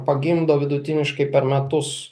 pagimdo vidutiniškai per metus